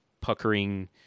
puckering